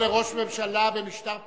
לראש הממשלה יש לשכה פרלמנטרית,